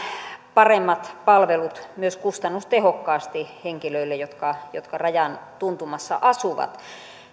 paremmat palvelut myös kustannustehokkaasti henkilöille jotka jotka rajan tuntumassa asuvat